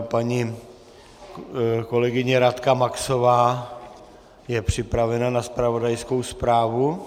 Paní kolegyně Radka Maxová je připravena na zpravodajskou zprávu.